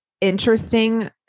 interesting